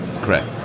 correct